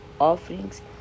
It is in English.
offerings